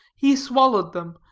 he swallowed them,